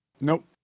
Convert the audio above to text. Nope